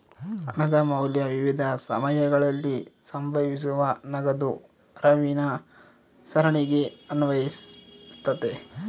ಹಣದ ಮೌಲ್ಯ ವಿವಿಧ ಸಮಯಗಳಲ್ಲಿ ಸಂಭವಿಸುವ ನಗದು ಹರಿವಿನ ಸರಣಿಗೆ ಅನ್ವಯಿಸ್ತತೆ